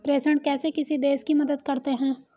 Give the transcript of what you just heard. प्रेषण कैसे किसी देश की मदद करते हैं?